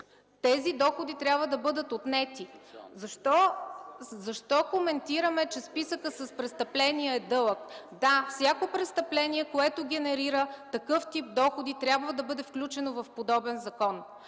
Тези доходи трябва да бъдат отнети. И защо коментираме, че списъкът с престъпления е дълъг – да, всяко престъпление, което генерира такъв тип доходи, трябва да бъде включено в подобен закон.